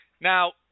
now